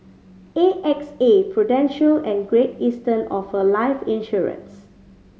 A X A Prudential and Great Eastern offer life insurance